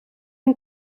een